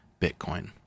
Bitcoin